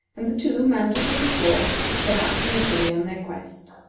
and the two, mounted as before, set out from the city on their quest.